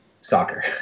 soccer